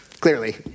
clearly